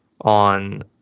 on